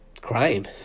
crime